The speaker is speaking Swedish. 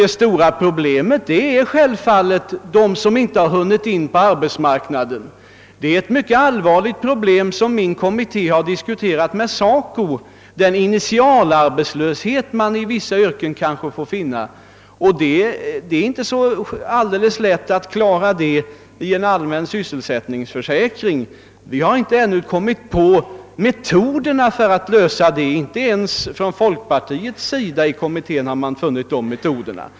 Det stora problemet är självfallet de ungdomar som ännu inte kommit in på arbetsmarknaden. Den initialarbetslöshet som förekommer i vissa yrken är ett mycket allvarligt problem, som min kommitté diskuterat med SACO, och det problemet är det inte så alldeles lätt att klara med en allmän sysselsättningsförsäkring. Vi har ännu inte kommit på metoderna att lösa det problemet; det har inte ens folkpartisterna i kommittén gjort.